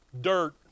Dirt